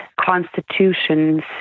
constitutions